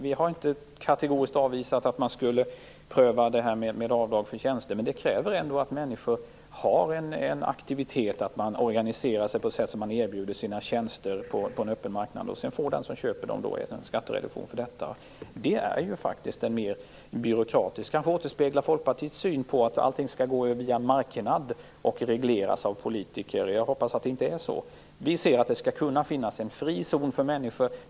Vi har inte kategoriskt avvisat prov med avdrag för tjänster, men för detta krävs att människor har en aktivitet. De måste organisera sig på ett sådant sätt att de erbjuder sina tjänster på en öppen marknad, och den som köper dem får en skattereduktion. Det är faktiskt en mera byråkratisk lösning, som kanske återspeglar Folkpartiets syn att allting skall gå via en marknad och regleras av politiker. Jag hoppas att det inte skall bli så. Vi menar att det skall kunna finnas en fri zon för människor.